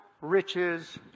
riches